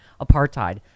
apartheid